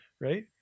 Right